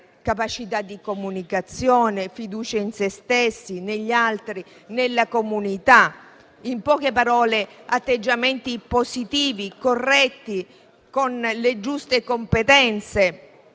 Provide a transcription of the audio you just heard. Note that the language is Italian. capacità di comunicazione, fiducia in sé stessi, negli altri, nella comunità; in poche parole, atteggiamenti positivi e corretti, con le giuste competenze,